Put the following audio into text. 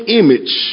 image